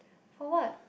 for what